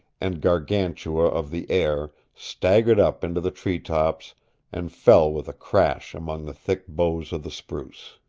and gargantua of the air staggered up into the treetops and fell with a crash among the thick boughs of the spruce.